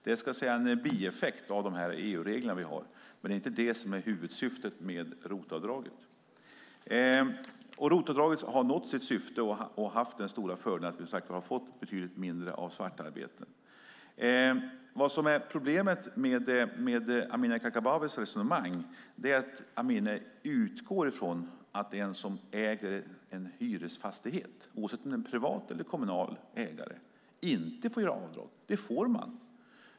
Det är så att säga en bieffekt av de EU-regler vi har, men det är inte det som är huvudsyftet med ROT-avdraget. ROT-avdraget har nått sitt syfte och har haft den stora fördelen att vi har fått betydligt mindre av svartarbete. Problemet med Amineh Kakabavehs resonemang är att hon utgår från att den som äger en hyresfastighet, oavsett om det är en privat eller kommunal ägare, inte får göra avdrag. Det får man.